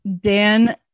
Dan